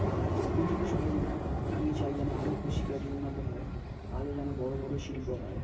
আর দক্ষিণ চব্বিশ পরগনায় আমি চাই যেন আরও কৃষিকাজ উন্নত হয় আরও যেন বড়ো বড়ো শিল্প হয়